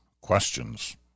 questions